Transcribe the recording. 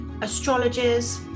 astrologers